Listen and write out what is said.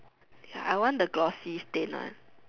ya I want the glossy stain one